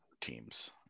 teams